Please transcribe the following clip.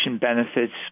benefits